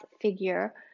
figure